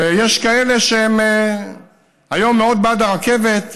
ויש כאלה שהם היום מאוד בעד הרכבת,